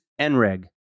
NREG